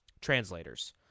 translators